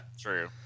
true